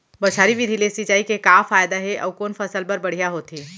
बौछारी विधि ले सिंचाई के का फायदा हे अऊ कोन फसल बर बढ़िया होथे?